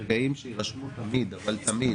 שיירשמו תמיד